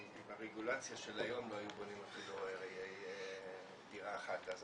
עם הרגולציה של היום לא היו בונים אפילו דירה אחת אז,